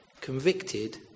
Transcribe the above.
convicted